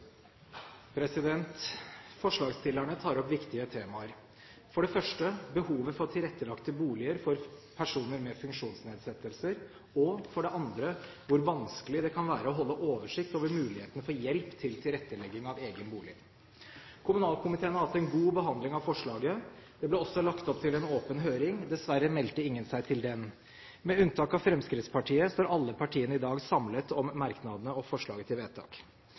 vedtatt. Forslagsstillerne tar opp viktige temaer: for det første behovet for tilrettelagte boliger for personer med funksjonsnedsettelser, for det andre hvor vanskelig det kan være å holde oversikt over mulighetene for hjelp til tilrettelegging av egen bolig. Kommunalkomiteen har hatt en god behandling av forslaget. Det ble også lagt opp til en åpen høring. Dessverre meldte ingen seg til den. Med unntak av Fremskrittspartiet står alle partiene i dag samlet om merknadene og forslaget til vedtak.